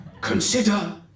Consider